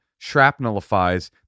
shrapnelifies